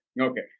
Okay